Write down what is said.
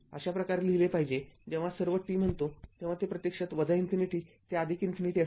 अशा प्रकारे लिहिले पाहिजे जेव्हा सर्व t म्हणतो तेव्हा ते प्रत्यक्षात इन्फिनिटी ते इन्फिनिटी असते